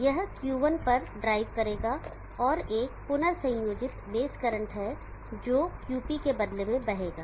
यह Q1 पर drive करेगा और एक पुनरसंयोजित बेस करंट है जो QP के बदले में बहेगा